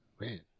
man